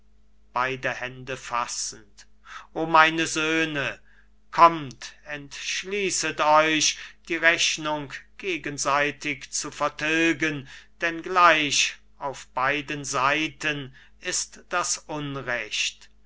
o meine söhne kommt entschließet euch die rechnung gegenseitig zu vertilgen denn gleich auf beiden seiten ist das unrecht